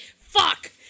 fuck